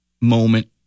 moment